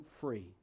free